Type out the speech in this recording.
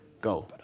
go